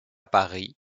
paris